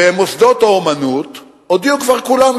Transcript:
ומוסדות האמנות הודיעו כבר כולם,